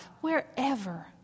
wherever